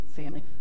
family